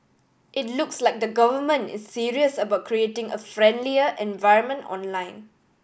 it looks like the Government is serious about creating a friendlier environment online